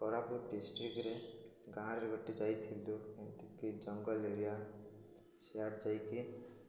କୋରାପୁଟ ଡିଷ୍ଟ୍ରିଟ୍ରେ ଗାଁରେ ଗୋଟେ ଯାଇଥିଲୁ ଏମିତିକି ଜଙ୍ଗଲ ଏରିଆ ସିଆଡ଼େ ଯାଇକି